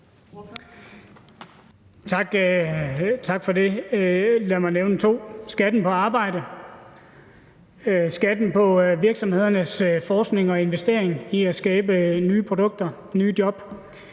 Tak for det. Lad mig nævne to: skatten på arbejde og skatten på virksomhedernes forskning og investering i at skabe nye produkter og nye job.